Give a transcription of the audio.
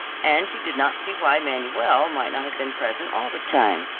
and she did not see why manuel might not have been present all the time.